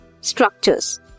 structures